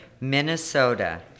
Minnesota